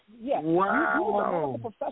Wow